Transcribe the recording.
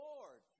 Lord